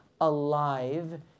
alive